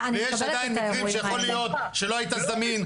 ויש עדיין מקרים שיכול להיות שלא היית זמין,